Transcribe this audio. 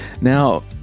Now